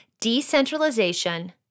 decentralization